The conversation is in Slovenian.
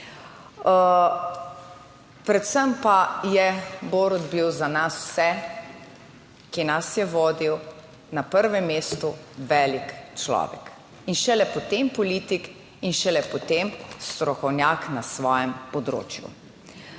Predvsem pa je Borut bil za nas vse, ki nas je vodil, na prvem mestu velik človek in šele potem politik in šele potem strokovnjak na svojem področju.